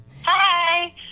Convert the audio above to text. Hi